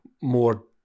more